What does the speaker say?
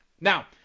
Now